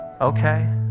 Okay